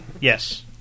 Yes